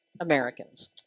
Americans